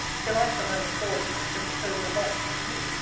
till i shall have the forwardness to propose a wife to you.